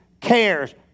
cares